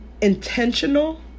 intentional